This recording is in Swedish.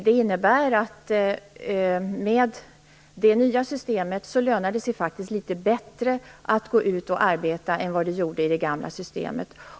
Det innebär att det med det nya systemet lönar sig litet bättre att gå ut och arbeta än vad det gjorde med det gamla systemet.